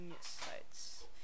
sites